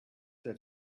that